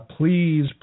Please